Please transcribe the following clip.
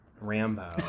Rambo